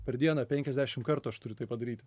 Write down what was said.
per dieną penkiasdešim kartų aš turiu tai padaryti